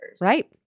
Right